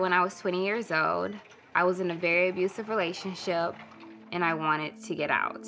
when i was twenty years old i was in a very abusive relationship and i wanted to get out